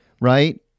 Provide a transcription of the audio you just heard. Right